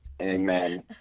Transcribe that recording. Amen